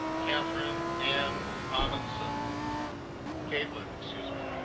catherine and amundson caitlin excuse me